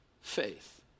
faith